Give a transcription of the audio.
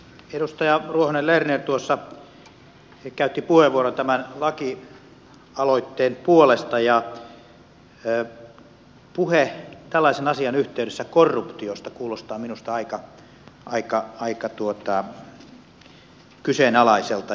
edustaja ruohonen lerner käytti puheenvuoron tämän lakialoitteen puolesta ja puhe tällaisen asian yhteydessä korruptiosta kuulostaa minusta aika kyseenalaiselta